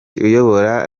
uyobora